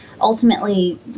ultimately